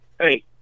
Hey